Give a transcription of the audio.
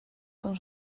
con